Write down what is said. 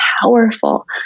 powerful